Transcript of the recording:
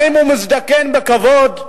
האם הוא מזדקן בכבוד?